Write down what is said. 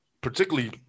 particularly